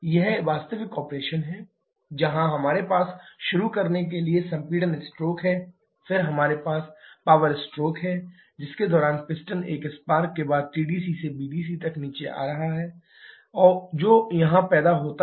यह वास्तविक ऑपरेशन है जहां हमारे पास शुरू करने के लिए संपीड़न स्ट्रोक है फिर हमारे पास पावर स्ट्रोक है जिसके दौरान पिस्टन एक स्पार्क के बाद टीडीसी से बीडीसी तक नीचे जा रहा है जो यहां पैदा होता है